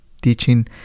teaching